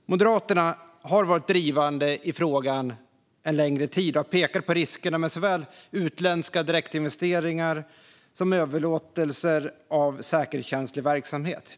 Moderaterna har varit drivande i frågan en längre tid och har pekat på riskerna med såväl utländska direktinvesteringar som överlåtelser av säkerhetskänslig verksamhet.